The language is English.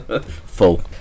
Full